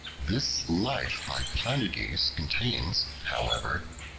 this life by planudes contains, however,